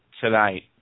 tonight